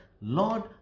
lord